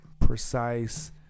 precise